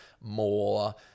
more